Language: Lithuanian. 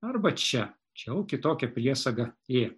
arba čia čia jau kitokia priesaga ė